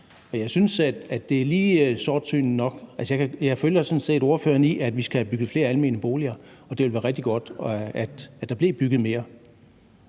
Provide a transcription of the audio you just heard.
Jeg synes, at det er lige sortsynet nok. Jeg kan sådan set følge ordføreren i, at vi skal have bygget flere almene boliger, og at det ville være rigtig godt, at der blev bygget mere.